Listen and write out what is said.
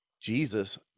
Jesus